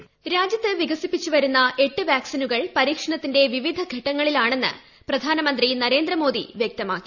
voice രാജ്യത്ത് വികസിപ്പിച്ചു വരുന്ന എട്ട് വാക്സിനുകൾ പരീക്ഷണത്തിന്റെ വിവിധ ഘട്ടങ്ങളിലാണെന്ന് പ്രധാനമന്ത്രി നരേന്ദ്രമോദി വ്യക്തമാക്കി